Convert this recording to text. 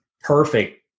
perfect